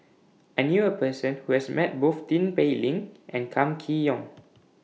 I knew A Person Who has Met Both Tin Pei Ling and Kam Kee Yong